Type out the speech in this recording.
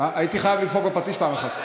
הייתי חייב לדפוק בפטיש פעם אחת.